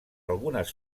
algunes